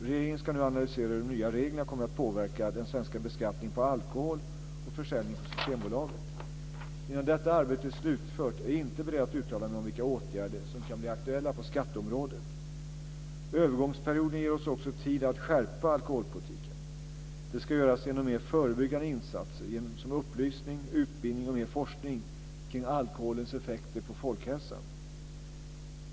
Regeringen ska nu analysera hur de nya reglerna kommer att påverka den svenska beskattningen på alkohol och försäljningen på Systembolaget. Innan detta arbete är slutfört är jag inte beredd att uttala mig om vilka åtgärder som kan bli aktuella på skatteområdet. Övergångsperioden ger oss också tid att skärpa alkoholpolitiken. Det ska göras genom mer förebyggande insatser som upplysning, utbildning och mer forskning kring alkoholens effekter på folkhälsan.